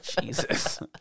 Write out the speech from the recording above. Jesus